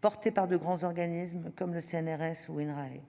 portés par de grands organismes tels que le Centre